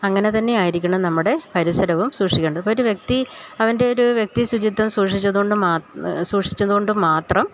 അങ്ങനെ തന്നെയായിരിക്കണം നമ്മുടെ പരിസരവും സൂക്ഷിക്കേണ്ടത് ഇപ്പോൾ ഒരു വ്യക്തി അവൻ്റെ ഒരു വ്യക്തി ശുചിത്വം സൂക്ഷിച്ചത് കൊണ്ട് മാ സൂക്ഷിച്ചത് കൊണ്ട് മാത്രം